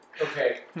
Okay